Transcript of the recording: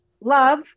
Love